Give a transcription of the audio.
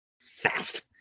fast